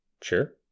Sure